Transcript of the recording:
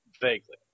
Vaguely